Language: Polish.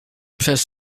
przez